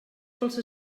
pels